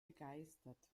begeistert